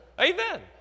Amen